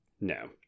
No